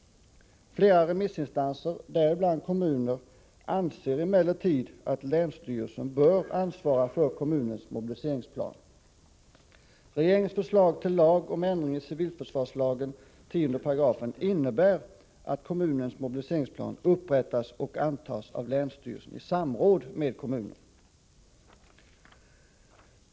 Flera remissinstanser — däribland kommuner — anser emellertid att länsstyrelsen bör ansvara för kommunens mobiliseringsplan. Regeringens förslag till lag om ändring i 10 a § civilförsvarslagen innebär att kommunens mobiliseringsplan upprättas och antas av länsstyrelsen i samråd med kommunen.